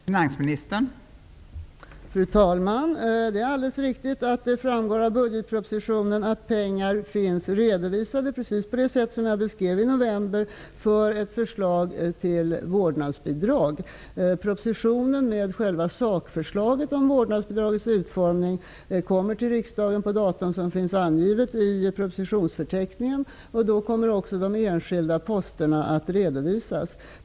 Fru talman! Det är alldeles riktigt att det framgår av budgetpropositionen att pengar finns redovisade, precis som jag beskrev i november, för ett förslag till vårdnadsbidrag. Propositionen med själva sakförslaget till vårdnadsbidragets utformning kommer till riksdagen på datum som finns angivet i propositionsförteckningen. Då kommer också de enskilda posterna att redovisas.